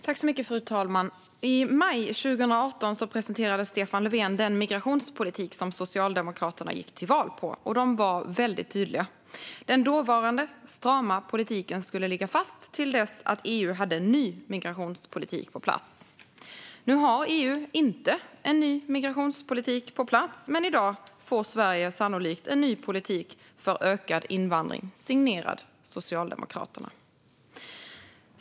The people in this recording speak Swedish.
Fru talman! I maj 2018 presenterade Stefan Löfven den migrationspolitik som Socialdemokraterna gick till val på. De var väldigt tydliga. Den dåvarande strama politiken skulle ligga fast till dess att EU hade en ny migrationspolitik på plats. Nu har EU inte en ny migrationspolitik på plats, men i dag får Sverige sannolikt en ny politik för ökad invandring, signerad Socialdemokraterna.